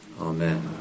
Amen